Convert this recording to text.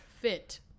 fit